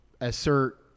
assert